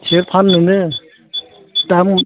एसे फाननोनो दाम